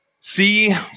see